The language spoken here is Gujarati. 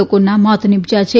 લોકોના મોત નિ જયા છે